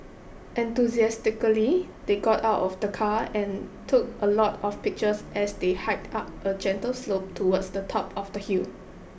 enthusiastically they got out of the car and took a lot of pictures as they hiked up a gentle slope towards the top of the hill